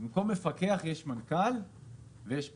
במקום לפקח, יש מנכ"ל ויש פקח.